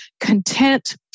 content